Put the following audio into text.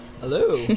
Hello